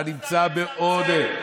אתה נמצא בעודף.